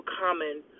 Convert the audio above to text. common